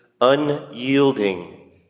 unyielding